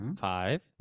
five